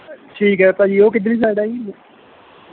ਠੀਕ ਹੈ ਭਾਅ ਜੀ ਉਹ ਕਿੱਧਰਲੀ ਸਾਈਡ ਹੈ ਜੀ